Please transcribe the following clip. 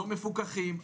לא מפוקחים,